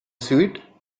suit